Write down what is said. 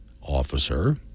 officer